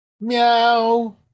Meow